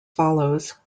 follows